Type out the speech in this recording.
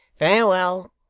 farewell!